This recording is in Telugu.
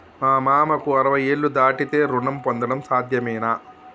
మా మామకు అరవై ఏళ్లు దాటితే రుణం పొందడం సాధ్యమేనా?